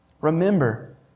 Remember